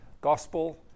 gospel